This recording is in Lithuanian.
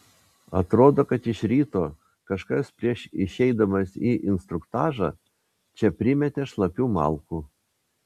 atrodo kad iš ryto kažkas prieš išeidamas į instruktažą čia primetė šlapių malkų